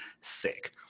sick